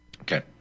Okay